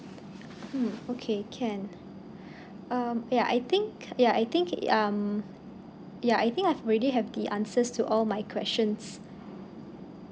mm okay can um yeah I think yeah I think it um yeah I think I've already have the answers to all my questions